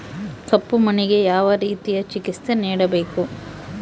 ಕಪ್ಪು ಮಣ್ಣಿಗೆ ಯಾವ ರೇತಿಯ ಚಿಕಿತ್ಸೆ ನೇಡಬೇಕು?